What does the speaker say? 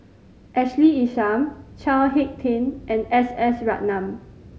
Ashley Isham Chao Hick Tin and S S Ratnam